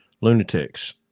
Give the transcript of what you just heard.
lunatics